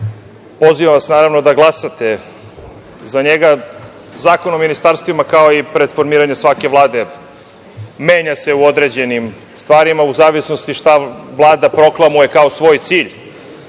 Pozivam vas, naravno, da glasaste za njega. Zakon o ministarstvima kao i pre formiranja svake Vlade menja se u određenim stvarima u zavisnosti šta Vlada proklamuje kao svoj cilj.